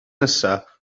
nesaf